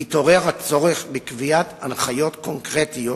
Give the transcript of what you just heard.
התעורר הצורך בקביעת הנחיות קונקרטיות